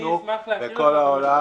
ובדקנו בכל העולם.